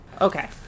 Okay